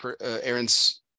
aaron's